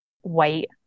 white